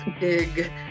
big